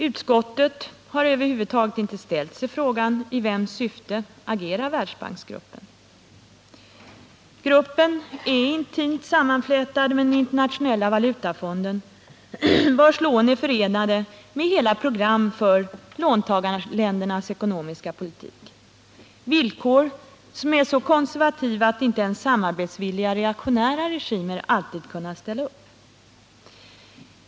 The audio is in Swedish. Utskottet har över huvud taget inte ställt sig frågan: I vems syfte agerar Världsbanksgruppen? Gruppen är intimt sammanflätad med Internationella valutafonden, vars lån är förenade med hela program för låntagarländernas ekonomiska politik — villkor som är så konservativa att inte ens samarbetsvilliga reaktionära regimer alltid kunnat ställa upp.